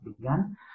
began